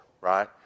right